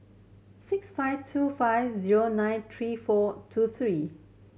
six five two five zero nine three four two three